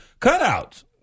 cutouts